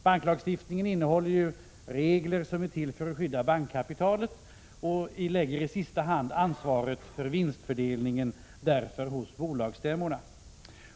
Banklagstiftningen innehåller ju regler som är till för att skydda bankkapitalet och lägger därför i sista hand ansvaret för vinstfördelningen hos bankstämmorna.